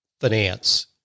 finance